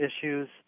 issues